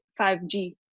5G